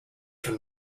from